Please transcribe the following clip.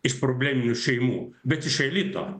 iš probleminių šeimų bet iš elito